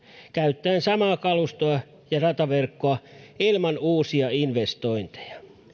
käyttäen samaa kalustoa ja rataverkkoa ilman uusia investointeja